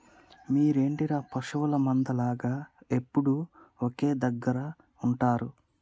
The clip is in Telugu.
మీరేంటిర పశువుల మంద లాగ ఎప్పుడు ఒకే దెగ్గర ఉంటరు